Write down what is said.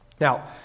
Now